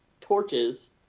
torches